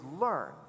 learn